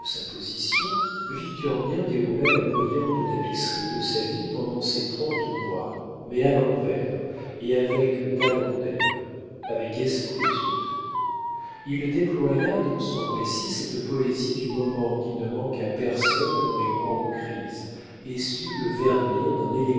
sa position victurnien déroula la brillante tapisserie de sa vie pendant ces trente mois mais à l'envers et avec talent d'ailleurs avec esprit surtout il déploya dans son récit cette poésie du moment qui ne manque à personne dans les grandes crises et sut le vernir d'un